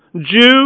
Jew